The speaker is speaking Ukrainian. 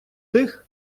тих